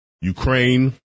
Ukraine